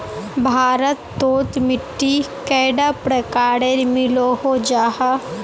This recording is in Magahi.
भारत तोत मिट्टी कैडा प्रकारेर मिलोहो जाहा?